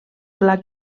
pla